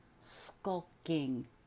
skulking